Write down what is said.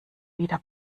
wieder